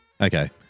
Okay